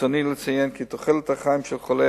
ברצוני לציין כי תוחלת החיים של חולי